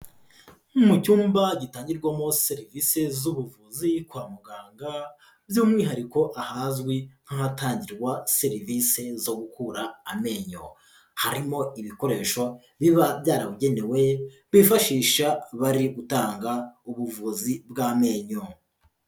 Mu cyumba gitangirwamo serivise z'ubuvuzi kwa muganga, by'umwihariko ahazwi nk'ahatangirwa serivise zo gukura amenyo. Harimo ibikoresho biba byarabugenewe, bifashisha bari gutanga ubuvuzi bw'amenyo.